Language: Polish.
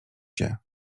cię